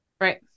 Right